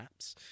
apps